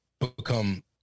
become